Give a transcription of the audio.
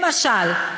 למשל,